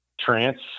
trance